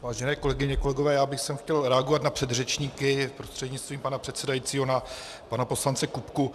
Vážené kolegyně, kolegové, já bych chtěl reagovat na předřečníky, prostřednictvím pana předsedajícího na pana poslance Kupku.